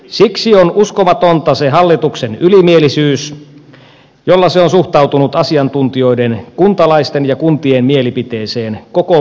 siksi on uskomatonta se hallituksen ylimielisyys jolla se on suhtautunut asiantuntijoiden kuntalaisten ja kuntien mielipiteeseen koko prosessin ajan